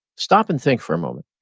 stop and think for a moment.